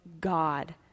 God